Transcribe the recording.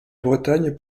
bretagne